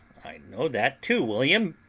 i know that too, william,